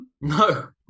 no